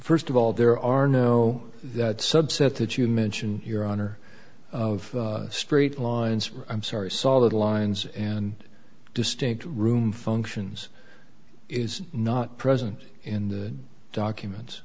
first of all there are no that subset that you mention your honor of straight lines i'm sorry saw that lines and distinct room functions is not present in the documents